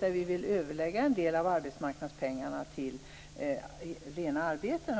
där vi vill överlägga en del av arbetsmarknadspengarna till rena arbeten.